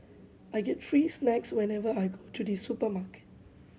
I get free snacks whenever I go to the supermarket